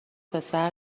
پسر